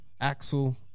Axel